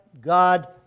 God